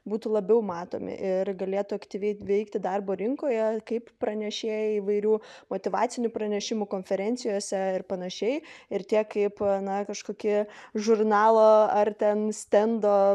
būtų labiau matomi ir galėtų aktyviai veikti darbo rinkoje kaip pranešėjai įvairių motyvacinių pranešimų konferencijose ir panašiai ir tie kaip na kažkokie žurnalo ar ten stendo